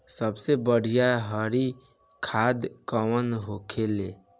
सबसे बढ़िया हरी खाद कवन होले?